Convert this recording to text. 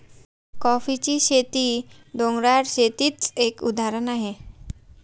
कॉफीची शेती, डोंगराळ शेतीच एक उदाहरण आहे